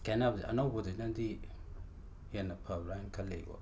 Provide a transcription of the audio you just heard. ꯈꯦꯠꯅꯕꯖꯦ ꯑꯅꯧꯕꯗꯅꯗꯤ ꯍꯦꯟꯅ ꯐꯕ꯭ꯔꯅ ꯈꯜꯂꯤ ꯑꯩꯒꯤ ꯋꯥꯈꯟꯗ